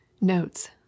notes